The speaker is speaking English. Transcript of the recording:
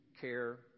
care